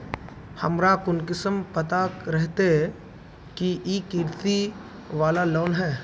हमरा कुंसम पता रहते की इ कृषि वाला लोन है?